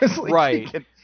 right